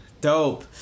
dope